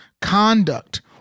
conduct